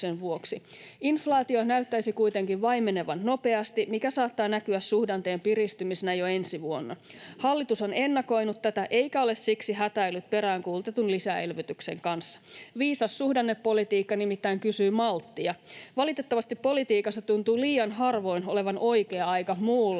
Inflaatio näyttäisi kuitenkin vaimenevan nopeasti, mikä saattaa näkyä suhdanteen piristymisenä jo ensi vuonna. Hallitus on ennakoinut tätä eikä ole siksi hätäillyt peräänkuulutetun lisäelvytyksen kanssa. Viisas suhdannepolitiikka nimittäin kysyy malttia. Valitettavasti politiikassa tuntuu liian harvoin olevan oikea aika muulle